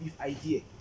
idea